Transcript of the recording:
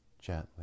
Gently